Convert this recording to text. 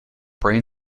brain